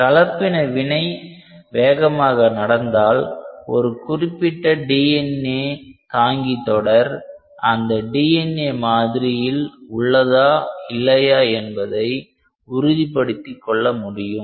கலப்பின வினை வேகமாக நடந்தால் ஒரு குறிப்பிட்ட DNA தாங்கி தொடர் அந்த DNA மாதிரியில் உள்ளதா இல்லையா என்பதை உறுதிப்படுத்திக் கொள்ள முடியும்